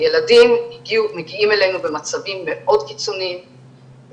הילדים מגיעים אלינו במצבים מאוד קיצוניים.